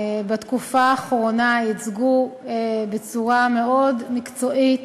בתקופה האחרונה ייצגו בצורה מאוד מקצועית